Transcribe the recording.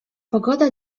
pogoda